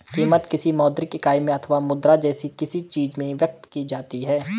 कीमत, किसी मौद्रिक इकाई में अथवा मुद्रा जैसी किसी चीज में व्यक्त की जाती है